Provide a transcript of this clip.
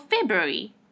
February